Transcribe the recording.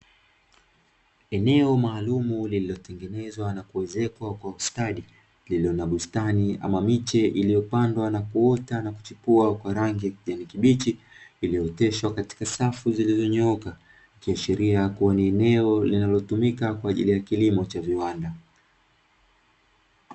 Eneo maalumu lililotengenezwa na kuezekwa kwa ustadi lililo na bustani ama miche iliyopandwa na kuota na kuchipua kwa rangi ya kijani kibichi, iliyooteshwa katika safu zilizonyooka ikiashiria kuwa ni eneo linalotumika kwa ajili ya kilimo cha viwanda.